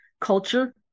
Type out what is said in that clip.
culture